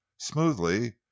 Smoothly